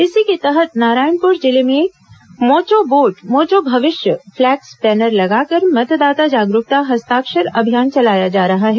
इसी के तहत नारायणपुर जिले में मोचो बोट मोचो भविष्य फ्लैक्स बैनर लगाकर मतदाता जागरूकता हस्ताक्षर अभियान चलाया जा रहा है